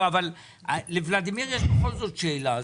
אבל לוולדימיר יש בכל זאת שאלה,